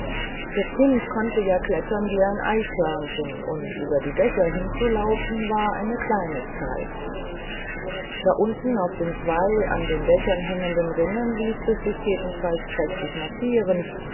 das kind konnte ja klettern wie ein eichhörnchen und über die dächer hinzulaufen war eine kleinigkeit da unten auf den zwei an den dächern hängenden rinnen ließ es sich jedenfalls prächtig marschieren